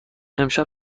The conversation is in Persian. امشب